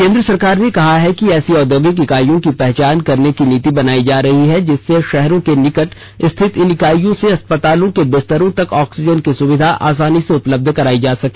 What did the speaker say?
केन्द्र सरकार ने ऐसी औद्योगिक इकाइयों की पहचान करने की नीति बनाई जा रही है जिससे शहरों के निकट स्थित इन इकाइयों से अस्पतालों के बिस्तरों तक ऑक्सीजन की सुविधा आसानी से उपलब्ध कराई जा सके